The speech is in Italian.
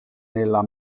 nella